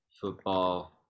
football